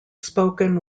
spoken